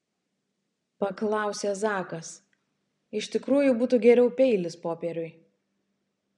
paklausė zakas iš tikrųjų būtų geriau peilis popieriui